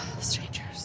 Strangers